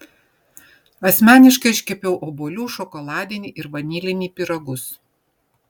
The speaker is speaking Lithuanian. asmeniškai aš kepiau obuolių šokoladinį ir vanilinį pyragus